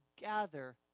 gather